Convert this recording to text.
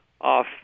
off